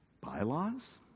bylaws